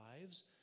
lives